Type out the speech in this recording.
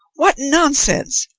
what nonsense!